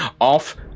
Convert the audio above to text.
off